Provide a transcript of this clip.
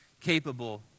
capable